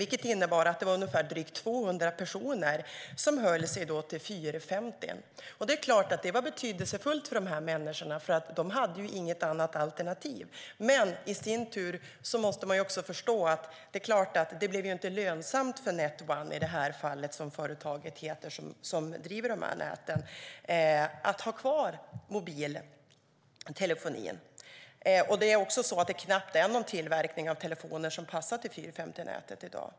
Det innebar att drygt 200 personer höll sig till 450:n. Det är klart att det var betydelsefullt för dem - de hade ju inget annat alternativ. Men i sin tur måste man också förstå att det inte blev lönsamt att ha kvar mobiltelefonin för Net 1, som företaget som driver näten heter, i det här fallet. Det finns dessutom knappt någon tillverkning av telefoner som passar till 450-nätet i dag.